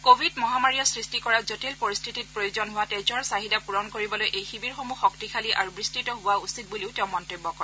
Covid মহামাৰীয়ে সৃষ্টি কৰা জটিল পৰিস্থিতিত প্ৰয়োজন হোৱা তেজৰ চাহিদা পূৰণ কৰিবলৈ এই শিৱিৰসমূহ শক্তিশালী আৰু বিস্তত হোৱা উচিত বুলিও তেওঁ মন্তব্য কৰে